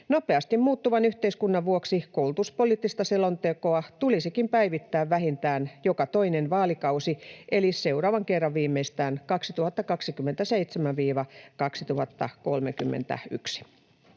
Nopeasti muuttuvan yhteiskunnan vuoksi koulutuspoliittista selontekoa tulisikin päivittää vähintään joka toinen vaalikausi, eli seuraavan kerran viimeistään 2027—2031.